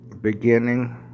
beginning